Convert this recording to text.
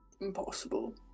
impossible